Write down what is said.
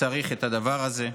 צריך את הדבר הזה.